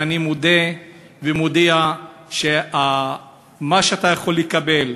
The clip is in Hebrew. ואני מודה, ומודיע שמה שאתה יכול לקבל